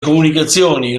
comunicazioni